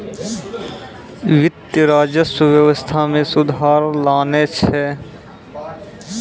वित्त, राजस्व व्यवस्था मे सुधार लानै छै